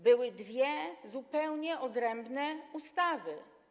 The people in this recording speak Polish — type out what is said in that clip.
Były dwie zupełnie odrębne ustawy.